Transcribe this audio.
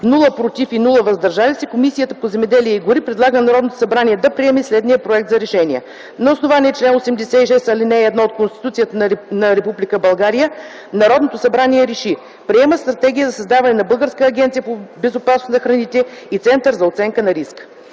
“против” и “въздържали се” няма, Комисията по земеделието и горите предлага на Народното събрание да приеме следния проект на решение: „На основание чл. 86, ал. 1 от Конституцията на Република България Народното събрание реши: Приема Стратегията за създаване на Българска агенция по безопасност на храните и Център за оценка на риска.”